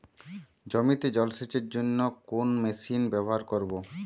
জমিতে জল সেচের জন্য কোন মেশিন ব্যবহার করব?